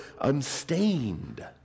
unstained